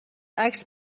عکس